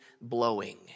blowing